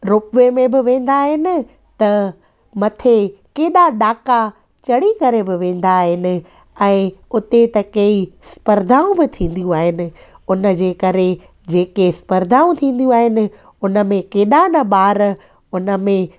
ropeway में बि वेंदा आहिनि त मथे केॾा ॾाका चढ़ी करे बि वेंदा आहिनि ऐं उते त कई सर्पदाऊं बि थींदियूं आहिनि उन जे करे जेके सर्पदाऊं थींदियूं आहिनि उन में केॾा न ॿार उन में